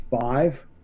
five